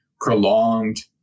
prolonged